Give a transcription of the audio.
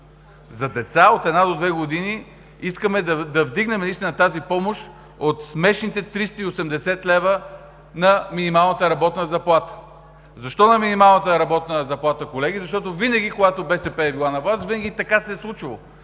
за деца от една до две години от смешните 380 лв. на минималната работна заплата. Защо на минималната работна заплата, колеги? Защото винаги, когато БСП е била на власт, винаги така се е случвало